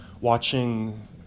watching